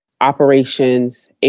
operations